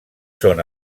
són